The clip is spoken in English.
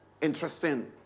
Interesting